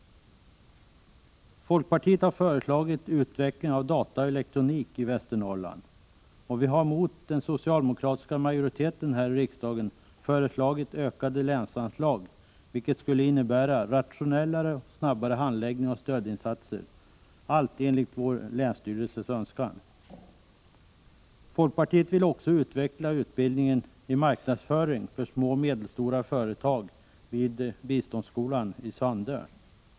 Folkpartiet har föreslagit en utbildning i data och elektronik i Västernorrland. Mot den socialdemokratiska majoriteten här i riksdagen har vi föreslagit ökade länsanslag, vilket skulle innebära rationellare och snabbare handläggning av stödinsatser, allt enligt vår länsstyrelses önskan. Folkpartiet vill också utveckla utbildningen i marknadsföring för små och medelstora företag vid biståndsskolan i Sandö.